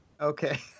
Okay